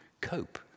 cope